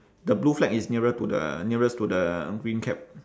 the blue flag is nearer to the nearest to the green cap